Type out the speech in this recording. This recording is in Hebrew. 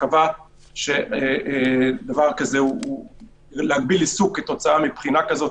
שקבע שהגבלת עיסוק כתוצאה מבחינה כזאת